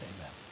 Amen